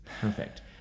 perfect